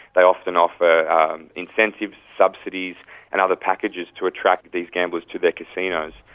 they often offer incentives, subsidies and other packages to attract these gamblers to their casinos.